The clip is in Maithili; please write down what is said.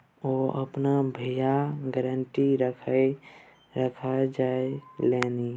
ओ अपन मड़ैया गारंटी राखिकए करजा लेलनि